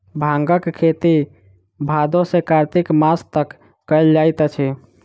भांगक खेती भादो सॅ कार्तिक मास तक कयल जाइत अछि